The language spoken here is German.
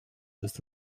ist